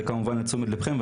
וזה כמובן לתשומת ליבכם,